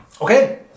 Okay